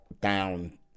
down